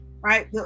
right